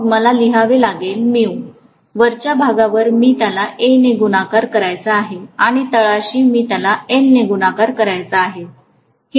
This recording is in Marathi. मग मला लिहावे लागेल वरच्या भागावर मी त्याला A ने गुणाकार करायचा आहे आणि तळाशी मी त्याला L ने गुणाकार करायचा आहे